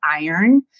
iron